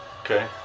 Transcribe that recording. Okay